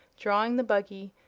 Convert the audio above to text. drawing the buggy,